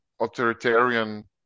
authoritarian